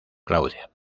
claudia